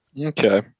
okay